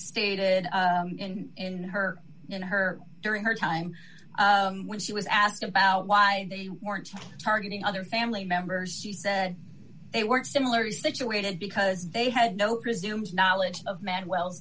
stated in her in her during her time when she was asked about why they weren't targeting other family members she said they weren't similarly situated because they had no resumes knowledge of man well